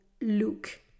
look